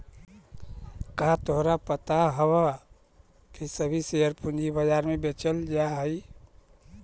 का तोहरा पता हवअ की सभी शेयर पूंजी बाजार में बेचल जा हई